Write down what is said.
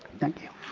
thank you.